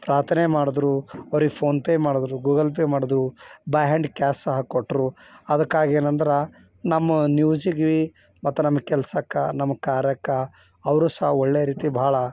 ಪ್ರಾರ್ಥನೆ ಮಾಡಿದ್ರು ಅವ್ರಿಗೆ ಫೋನ್ ಪೇ ಮಾಡಿದ್ರು ಗೂಗಲ್ ಪೇ ಮಾಡಿದ್ರು ಬೈ ಹ್ಯಾಂಡ್ ಕ್ಯಾಸ್ ಸಹ ಕೊಟ್ರು ಅದಕ್ಕಾಗಿ ಏನೆಂದ್ರೆ ನಮ್ಮ ನ್ಯೂಸಿಗ್ಬಿ ಮತ್ತು ನಮ್ಮ ಕೆಲಸಕ್ಕೆ ನಮ್ಮ ಕಾರ್ಯಕ್ಕೆ ಅವರು ಸಹ ಒಳ್ಳೆ ರೀತಿ ಭಾಳ